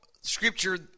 scripture